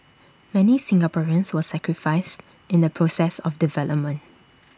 many Singaporeans were sacrificed in the process of development